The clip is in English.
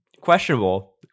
questionable